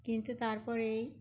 কিন্তু তারপরে এই